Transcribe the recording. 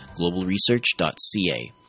globalresearch.ca